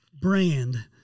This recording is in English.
brand